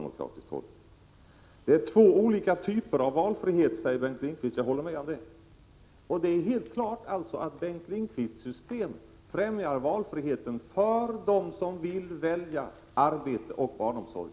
Det är två olika typer av valfrihet, säger Bengt Lindqvist. Jag håller med om det. Det är helt klart att Bengt Lindqvists system främjar valfriheten för dem som vill välja arbete och barnomsorg.